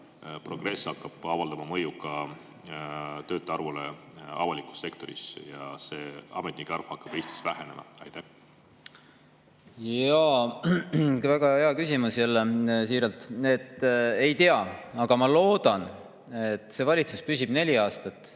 progress hakkab avaldama mõju ka töötajate arvule avalikus sektoris ja ametnike arv hakkab Eestis vähenema? Jaa, väga hea küsimus jälle, siiralt. Ei tea. Aga ma loodan, et see valitsus püsib neli aastat,